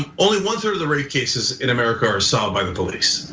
um only one third of the rape cases in america are solved by the police.